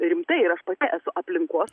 rimtai ir aš pati esu aplinkos